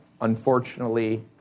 unfortunately